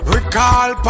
Recall